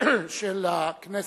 של הכנסת,